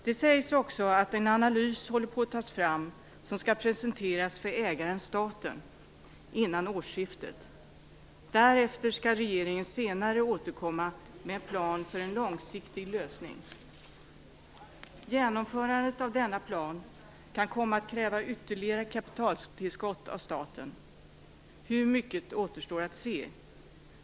Det sägs också att en analys håller på att tas fram som skall presenteras för ägaren, staten, före årsskiftet. Senare skall regeringen återkomma med en plan för en långsiktig lösning. Genomförandet av denna plan kan komma att kräva ytterligare kapitaltillskott av staten - hur mycket återstår att se.